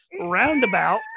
roundabout